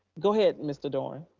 go ahead, mr. doran.